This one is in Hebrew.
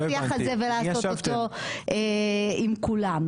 איזה סיעות אופוזיציה יהיו באיזו ועדה אכן הייתה בכנסת הקודמת.